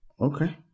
Okay